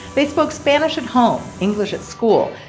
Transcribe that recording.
they spoke spanish at home, english at school.